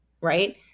right